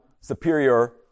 superior